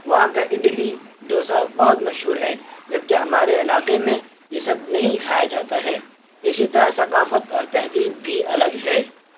وہاں کا اڈلی ڈوسہ بہت مشہور ہے جبکہ ہمارے علاقے میں یہ سب نہیں کھایا جاتا ہے اسی طرح ثقافت اور تہذیب بھی الگ ہے